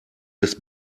des